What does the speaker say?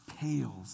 pales